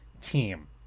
team